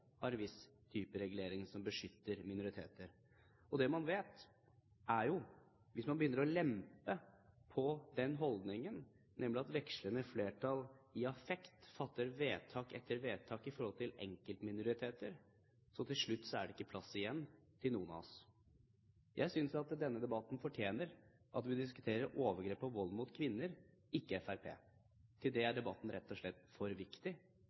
en viss type regulering som beskyttet minoriteter. Det man vet, er at hvis man begynner å lempe på den holdningen, og vekslende flertall i affekt fatter vedtak etter vedtak om enkeltminoriteter, er det til slutt ikke plass igjen til noen av oss. Jeg synes at denne debatten fortjener at vi diskuterer overgrep og vold mot kvinner, ikke Fremskrittspartiet. Til det er debatten rett og slett for viktig